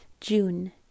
June